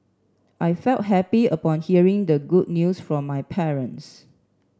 I felt happy upon hearing the good news from my parents